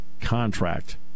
contract